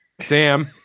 Sam